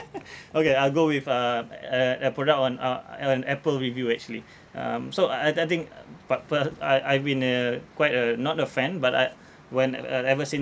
okay I'll go with uh a a product on uh on Apple review actually um so I I I think but for I I've been uh quite a not a fan but I when uh ever since